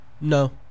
no